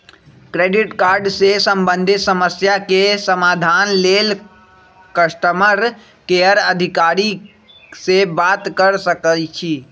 credit card से संबंधित समस्या के समाधान लेल कस्टमर केयर अधिकारी से बात कर सकइछि